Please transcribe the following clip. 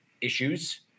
issues